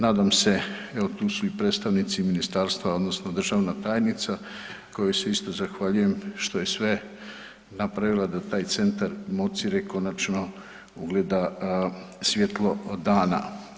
Nadam se, evo, tu su i predstavnici ministarstva, odnosno državna tajnica, kojoj se isto zahvaljujem što je sve napravila da taj Centar Mocire konačno ugleda svjetlo dana.